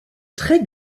très